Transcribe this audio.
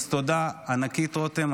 אז תודה ענקית, רותם.